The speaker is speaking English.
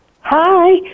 Hi